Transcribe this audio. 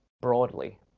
broadly